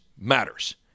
matters